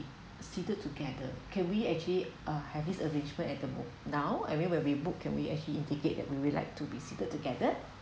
seated together can we actually uh have this arrangement at the mo~ now I mean when we book can we actually indicate that we would like to be seated together